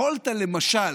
יכולת למשל,